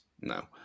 no